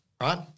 right